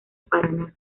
paraná